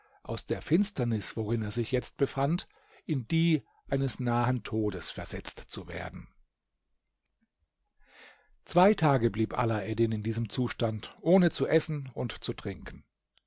aus der finsternis worin er sich jetzt befand in die eines nahen todes versetzt zu werden zwei tage blieb alaeddin in diesem zustand ohne zu essen und zu trinken